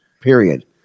period